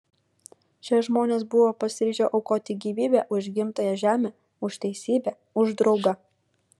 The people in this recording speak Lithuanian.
šie žmonės buvo pasiryžę aukoti gyvybę už gimtąją žemę už teisybę už draugą